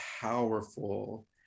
powerful